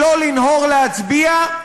שלא לנהור להצביע,